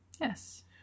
Yes